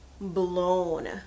blown